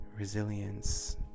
Resilience